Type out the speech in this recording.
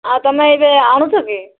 ଆଉ ତମେ ଏବେ ଆଣୁଛ କି